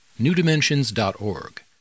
newdimensions.org